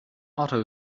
auto